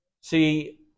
See